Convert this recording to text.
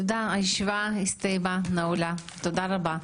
הישיבה נעולה, תודה רבה.